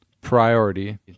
priority